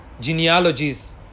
genealogies